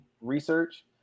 research